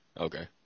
Okay